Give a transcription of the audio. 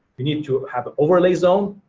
we need to have an overlay zone,